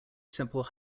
simple